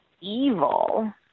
evil